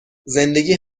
زندگی